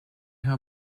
her